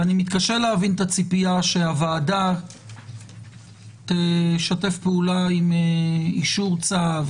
ואני מתקשה להבין את הציפייה שהוועדה תשתף פעולה עם אישור צו,